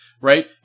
right